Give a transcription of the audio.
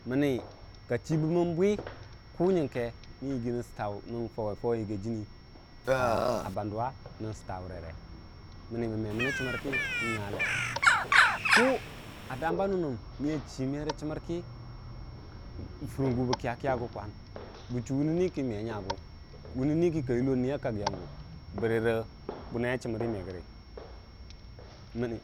mənni ka chibəmmən bwi nən yigi nən fauwe fauwe yagii jənni a banduwa nən stawa wure mənni mən me məni chəmər kə bən nyalce ku a damba nənnəm ni a chii merə chəmər ka fərri bə kəyakəya gu kwan bəwuni ni kə kəyakəya gu kwan bəwun ni kə me nyagu wunni ni kə ka yullo nəya kaggi angu bərə re bunnaiya chəmərə me gəri mənə.